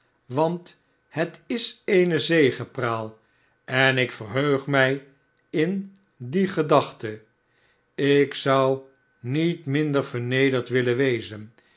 want het is eene zegepraal en ik verheug mij in die gedachte ik zou niet minder vernederd willen wezen